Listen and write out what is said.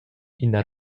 ina